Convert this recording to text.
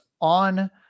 on